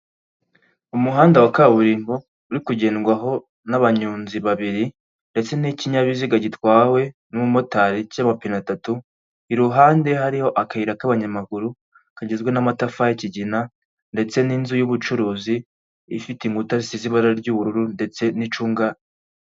Umuhanda wa kaburimbo uri kugendwaho n'abanyonzi babiri ndetse n'ikinyabiziga gitwawe n'umumotari cy'amapina atatu, iruhande hariho akayira k'abanyamaguru kagizwe n'amatafari kigina ndetse n'inzu y'ubucuruzi ifite inkuta zisi z'i ibara ry'ubururu ndetse n'icunga.